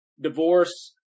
divorce